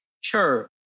sure